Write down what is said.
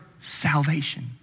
salvation